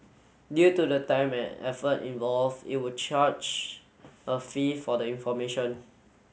due to the time and effort involve it would charge a fee for the information